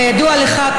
כידוע לך,